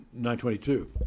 922